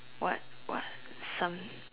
what what some